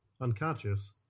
unconscious